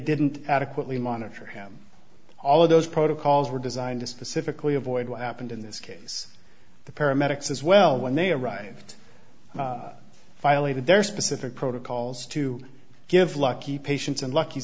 didn't adequately monitor him all of those protocols were designed to specifically avoid what happened in this case the paramedics as well when they arrived violated their specific protocols to give lucky patients unlucky